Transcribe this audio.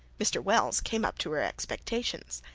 mr. wells came up to her expectations.